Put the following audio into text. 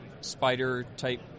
spider-type